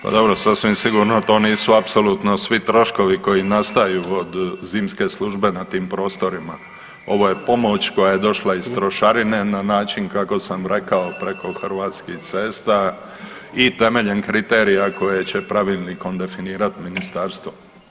Pa dobro sasvim sigurno to nisu apsolutno svi troškovi koji nastaju od zimske služe na tim prostorima, ovo je pomoć koja je došla iz trošarine na način kako sam rekao preko Hrvatskih cesta i temeljem kriterija koje će pravilnikom definirat ministarstvo.